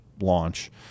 launch